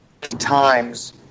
times